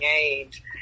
age